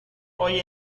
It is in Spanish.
hoy